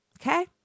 Okay